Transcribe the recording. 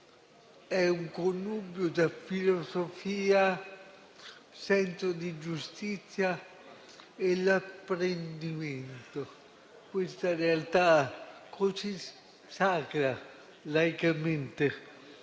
è un connubio tra filosofia, senso di giustizia e apprendimento; una realtà quasi sacra, laicamente